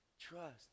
Trust